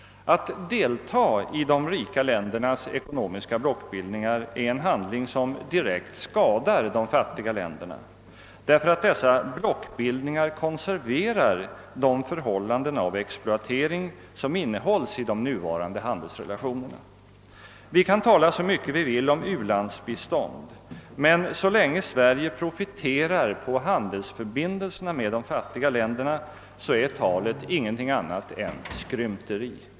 Att delta i de rika ländernas ekonomiska blockbildningar är en handling som direkt skadar de fattiga länderna, därför att dessa blockbildningar konserverar de förhållanden av exploatering som innesluts i de nuvarande handelsrelationerna. Vi kan tala så mycket vi vill om u-landsbistånd, men så länge Sverige profiterar på handelsförbindelserna med de fattiga länderna är talet ingenting annat än skrymteri.